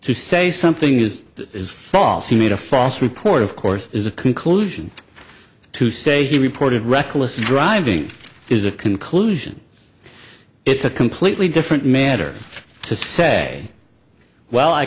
to say something is that is false he made a false report of course is a conclusion to say he reported reckless driving is a conclusion it's a completely different matter to say well i